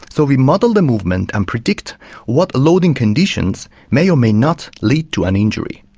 so we model the movement and predict what loading conditions may or may not lead to an injury.